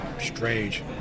strange